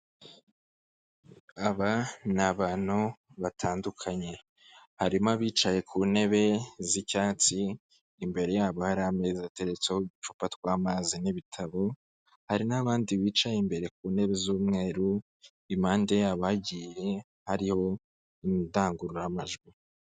Aba ni abantu batandukanye, harimo bicaye ku ntebe z'icyatsi, imbere yabo hari ameza, ateretseho uducupa tw'amazi, n'ibitabo, hari n'abandi bicaye imbere ku ntebe z'umweru, impande yabo hagiye hariho indangururamajwi.